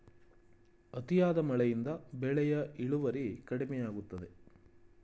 ಅತಿಯಾದ ಮಳೆಯಿಂದ ಬೆಳೆಯ ಇಳುವರಿ ಕಡಿಮೆಯಾಗುತ್ತದೆ